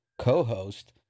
co-host